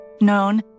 known